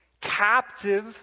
captive